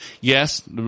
Yes